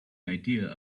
idea